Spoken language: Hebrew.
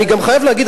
אני גם חייב להגיד,